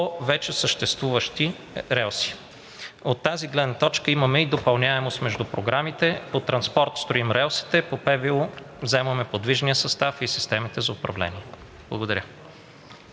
вече съществуващи релси. От тази гледна точка имаме и допълняемост между програмите – по „Транспорт“ строим релсите, по ПВУ вземаме подвижния състав и системите за управление. Благодаря.